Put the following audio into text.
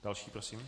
Další prosím.